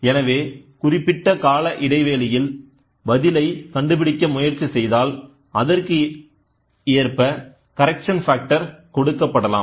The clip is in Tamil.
எனவே குறிப்பிட்ட கால இடைவெளியில் பதிலை கண்டுப்பிடிக்க முயற்சிசெய்தால்அதற்கு ஏற்ப கரக்ஷன் ஃபேக்டர் கொடுக்கப்படலாம்